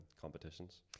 competitions